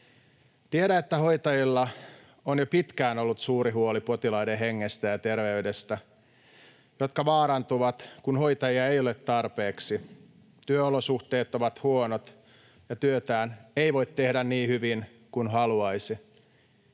Tiedän, että hoitajilla on jo pitkään ollut suuri huoli potilaiden hengestä ja terveydestä, jotka vaarantuvat, kun hoitajia ei ole tarpeeksi. Työolosuhteet ovat huonot, ja työtään ei voi tehdä niin hyvin kuin haluaisi.